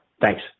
Thanks